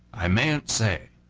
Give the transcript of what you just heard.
i mayn't say.